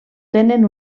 tenen